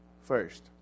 first